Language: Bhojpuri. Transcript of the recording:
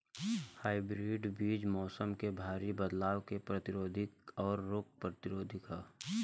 हाइब्रिड बीज मौसम में भारी बदलाव के प्रतिरोधी और रोग प्रतिरोधी ह